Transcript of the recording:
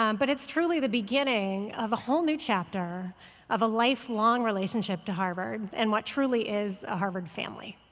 um but it's truly the beginning of a whole new chapter of a life-long relationship to harvard and what truly is a harvard family.